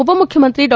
ಉಪಮುಖ್ಯಮಂತ್ರಿ ಡಾ